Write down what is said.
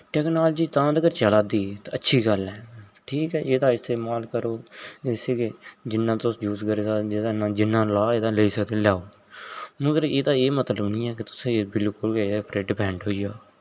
technology तां तकर चला दी तां अच्छी गल्ल ऐ ठीक ऐ एह्दा इस्तेमाल करो इस्सी के जिन्ना तुस यूज करा जिन्ना ला एह्दा लेई सकदे लाओ मगर एह्दा एह् मतलब निं ऐ कि तुस बिल्कुल गै एह्दे उप्पर डिपेंड होई जाओ